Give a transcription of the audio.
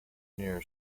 near